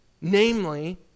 namely